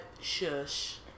shush